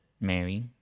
Mary